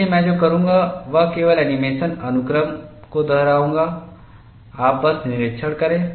इसलिए मैं जो करूंगा वह केवल एनीमेशन अनुक्रम को दोहराऊंगा आप बस निरीक्षण करें